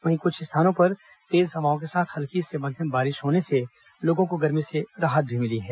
वहीं कुछ स्थानों पर तेज हवाओं के साथ हल्की से मध्यम बारिश होने से लोगों को गर्मी से राहत मिली है